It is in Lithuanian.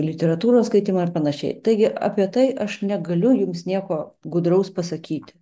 literatūros skaitymą ar panašiai taigi apie tai aš negaliu jums nieko gudraus pasakyti